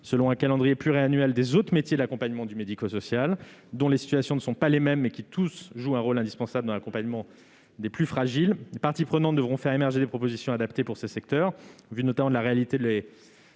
de la revalorisation des autres métiers de l'accompagnement et du médico-social, dont les situations ne sont pas identiques, mais qui tous jouent un rôle indispensable dans l'accompagnement des plus fragiles. Les parties prenantes devront faire émerger des propositions adaptées pour ces secteurs, au regard de la réalité de